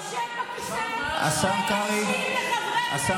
יושב בכיסא ומקשיב לחברי הכנסת,